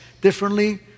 differently